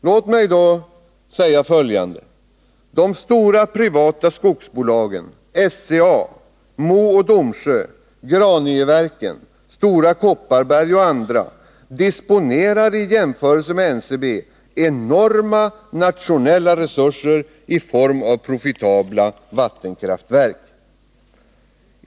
Låt mig därför säga följande: De stora privata skogsbolagen SCA, Mo och Domsjö, Graningeverken, Stora Kopparberg och andra disponerar i jämförelse med NCB enorma nationella resurser i form av profitabla vattenkraftverk.